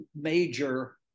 major